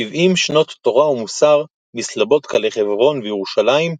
שבעים שנות תורה ומוסר מסלבודקא לחברון וירושלים,